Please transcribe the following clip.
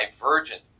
divergent